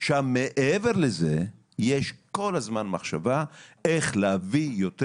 עכשיו מעבר לזה יש כל הזמן מחשבה, איך להביא יותר